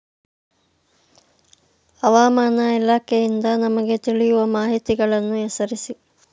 ಹವಾಮಾನ ಇಲಾಖೆಯಿಂದ ನಮಗೆ ತಿಳಿಯುವ ಮಾಹಿತಿಗಳನ್ನು ಹೆಸರಿಸಿ?